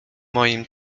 moim